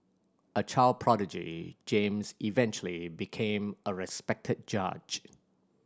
a child prodigy James eventually became a respected judge